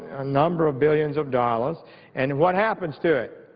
a number of billions of dollars and what happens to it?